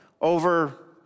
over